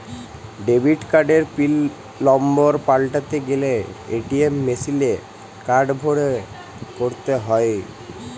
debit কার্ডের PIN number পাল্টাতে গ্যালে এ.টি.এম মেশিলে কার্ড ভরে ক্যরতে হ্য়য়